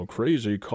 Crazy